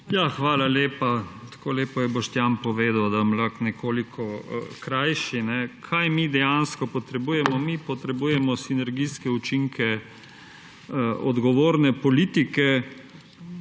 Hvala lepa. Tako lepo je Boštjan povedal, da bom lahko nekoliko krajši. Kaj mi dejansko potrebujemo? Mi potrebujemo sinergijske učinke odgovorne politike,